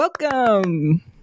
Welcome